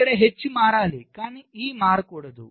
ఇక్కడ H మారాలి కానీ E మారకూడదు